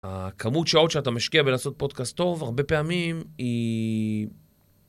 הכמות שעות שאתה משקיע בלעשות פודקאסט טוב, הרבה פעמים היא...